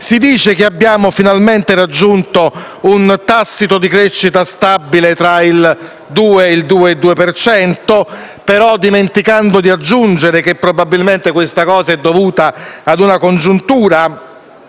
Si dice che abbiamo finalmente raggiunto un tasso di crescita stabile tra il 2 e il 2,2 per cento, dimenticando però di aggiungere che probabilmente questo risultato è dovuto a una congiuntura,